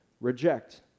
reject